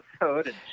episode